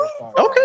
okay